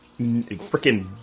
freaking